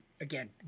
again